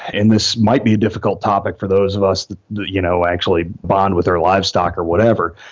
and this might be a difficult topic for those of us that you know actually bond with their livestock or whatever,